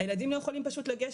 הילדים לא יכולים פשוט לגשת,